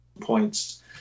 points